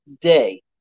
day